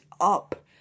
up